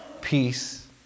peace